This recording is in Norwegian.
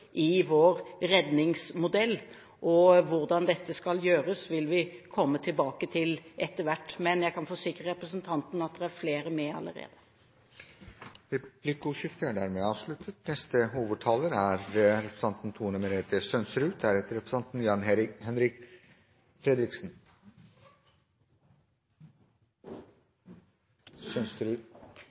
i vår redningsmodell. Hvordan dette skal gjøres, vil vi komme tilbake til etter hvert, men jeg kan forsikre representanten om at det er flere med i nødnettet allerede. Replikkordskiftet er dermed omme. I innstillingen til denne saken er